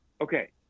Okay